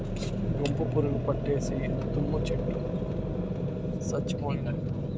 గుంపు పురుగు పట్టేసి తుమ్మ చెట్టు సచ్చిపోయింది